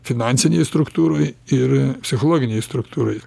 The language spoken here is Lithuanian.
finansinėj struktūroj ir psichologinėj struktūroj